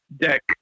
deck